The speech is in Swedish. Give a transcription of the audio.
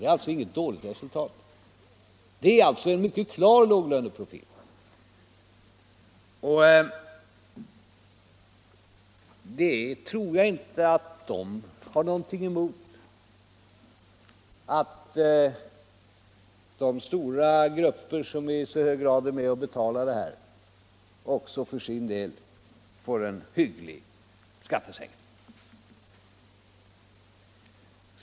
Det är alltså inget dåligt resultat, och det är en mycket klar låglöneprofil. Jag tror inte heller att de stora grupper som i hög grad är med om att betala denna skattesänkning har någonting emot detta. De får ju också en hygglig skattesänkning.